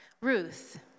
Ruth